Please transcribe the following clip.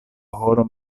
horo